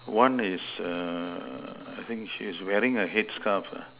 one is err I think she is wearing a headscarf ah